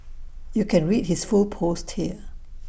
you can read his full post here